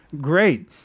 Great